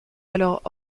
alors